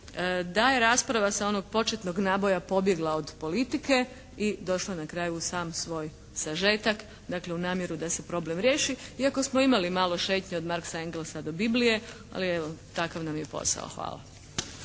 da je rasprava sa onog početnog naboja pobjegla od politike i došla na kraju u sam svoj sažetak, dakle u namjeru da se problem riješi. Iako smo imali malo šetnje od Marxa, Engelsa do Biblije, ali evo, takav nam je posao. Hvala.